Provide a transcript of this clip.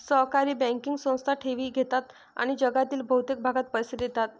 सहकारी बँकिंग संस्था ठेवी घेतात आणि जगातील बहुतेक भागात पैसे देतात